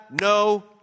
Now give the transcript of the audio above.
no